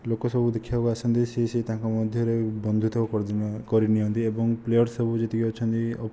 ଲୋକ ସବୁ ଦେଖିବାକୁ ଆସନ୍ତି ସେହି ସେହି ତାଙ୍କ ମଧ୍ୟରେ ବନ୍ଧୁତ୍ୱ କରି ନିଅନ୍ତି ଏବଂ ପ୍ଲେୟାର୍ସ ସବୁ ଯେତେକ ଅଛନ୍ତି